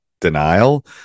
denial